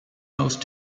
most